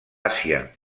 àsia